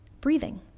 breathing